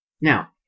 Now